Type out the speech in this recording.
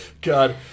God